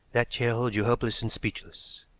that chair holds you helpless and speechless.